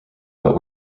but